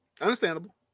understandable